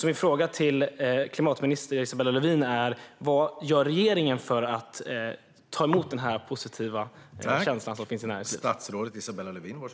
Min fråga till klimatminister Isabella Lövin är: Vad gör regeringen för att ta emot den positiva känsla som finns i näringslivet?